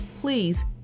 please